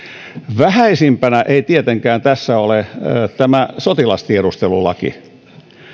vähäisimpänä ei tietenkään tässä ole tämä sotilastiedustelulaki